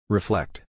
Reflect